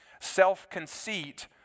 Self-conceit